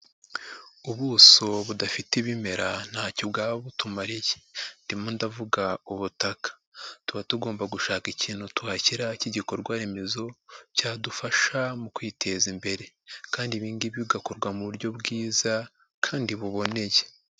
Ubuso budafite ibimera ntacyo bwaba butumamariye ndimo ndavuga ubutaka, tuba tugomba gushaka ikintu tuhashyira k'igikorwa remezo cyadufasha mu kwiteza imbere kandi ibi ngibi bigakorwa mu buryo bwiza kandi buboneye.